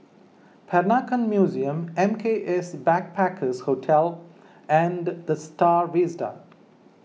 Peranakan Museum M K S Backpackers Hostel and the Star Vista